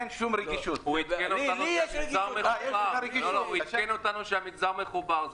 הוא עדכן אותנו שהמגזר מחובר.